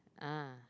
ah